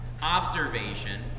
observation